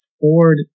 Ford